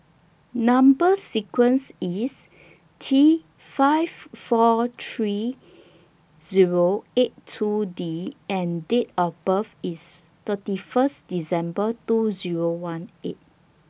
Number sequence IS T seven five four three Zero eight two D and Date of birth IS thirty First December two Zero one eight